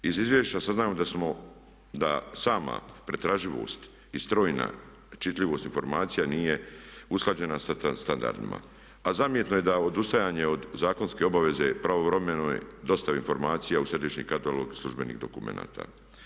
Iz izvješća saznajemo da sama pretraživost i strojna čitljivost informacija nije usklađena sa standardima a zamjerno je da odustajanje od zakonske obaveze pravovremene dostave informacija u središnji katalog službenih dokumenata.